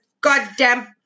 goddamn